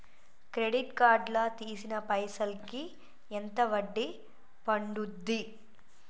Credit card లా తీసిన పైసల్ కి ఎంత వడ్డీ పండుద్ధి?